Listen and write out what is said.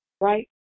Right